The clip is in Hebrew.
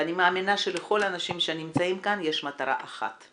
ואני מאמינה שלכל האנשים שנמצאים כאן יש מטרה אחת,